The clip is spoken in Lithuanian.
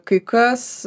kai kas